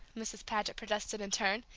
mrs. paget protested in turn,